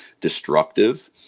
destructive